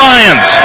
Lions